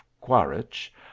quaritch